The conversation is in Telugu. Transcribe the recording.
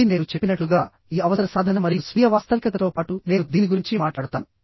మళ్ళీ నేను చెప్పినట్లుగా ఈ అవసర సాధన మరియు స్వీయ వాస్తవికతతో పాటు నేను దీని గురించి మాట్లాడతాను